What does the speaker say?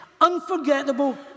unforgettable